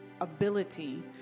ability